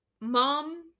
Mom